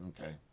okay